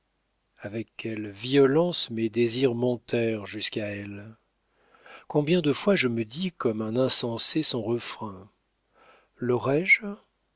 avec quelle violence mes désirs montèrent jusqu'à elle combien de fois je me dis comme un insensé son refrain